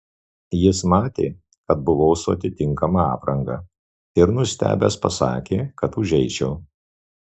jis matė kad buvau su atitinkama apranga ir nustebęs pasakė kad užeičiau